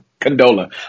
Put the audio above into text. condola